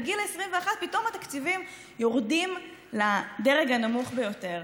בגיל 21, פתאום התקציבים יורדים לדרג הנמוך ביותר.